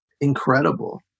incredible